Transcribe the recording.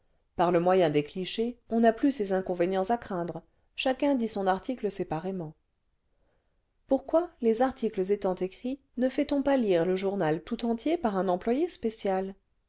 par le moyen des clichés on n'a pins ces inconvénients à craindre chacun dit son article séparément pourquoi les articles étaut écrits ne fait-on pas lire le journal tout entier par un employé spécial